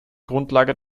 grundlage